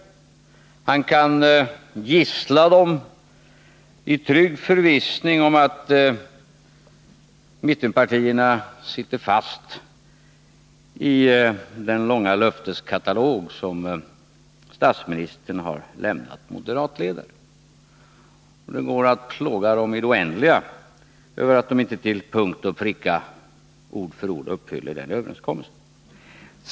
Han kan gissla mittenpartierna i trygg förvissning om att de sitter fast i den långa löfteskatalog som statsministern har lämnat moderatledaren. Det går nu att plåga dem i det oändliga, om de inte till punkt och pricka eller ord för ord uppfyller den gjorda överenskommelsen.